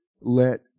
let